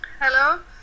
Hello